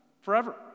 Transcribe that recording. forever